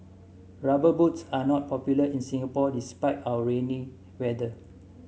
rubber boots are not popular in Singapore despite our rainy weather